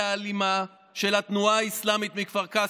האלימה של התנועה האסלאמית מכפר קאסם?